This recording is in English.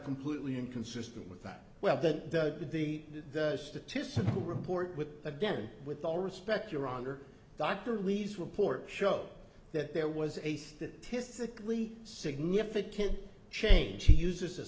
completely inconsistent with that well that the statistical report with again with all respect your honor dr lee's report show that there was a statistically significant change he uses a